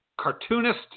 cartoonist